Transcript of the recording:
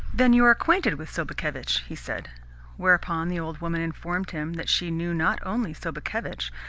then you are acquainted with sobakevitch? he said whereupon the old woman informed him that she knew not only sobakevitch,